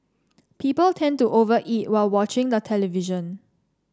people tend to over eat while watching the television